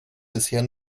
bisher